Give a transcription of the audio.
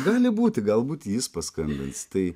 gali būti galbūt jis paskambins tai